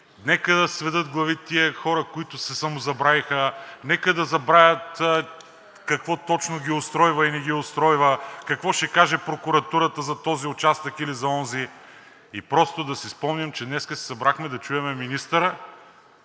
нека да сведат глави тези хора, които се самозабравиха, нека да забравят какво точно ги устройва и не ги устройва, какво ще каже прокуратурата за този участък или за онзи, и просто да си спомним, че днес се събрахме да чуем министъра